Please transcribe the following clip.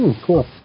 cool